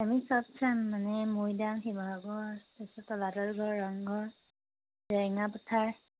আমি চব চাম মানে মৈদাম শিৱসাগৰ তাৰ পাছত তলাতলঘৰ ৰংঘৰ জেৰেঙা পথাৰ